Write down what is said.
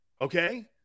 Okay